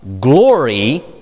glory